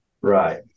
Right